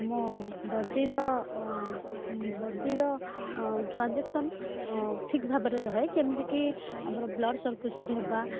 ଆମ ବଡ଼ିର ବଡ଼ିର ଟ୍ରାଞ୍ଜାକ୍ସନ୍ ଠିକ୍ ଭାବରେ ରହେ ଯେମିତିକି ଆମର ବ୍ଲଡ଼୍ ସରକ୍ୟୁଲେସନ୍ ହେବା